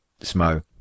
Smo